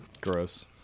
Gross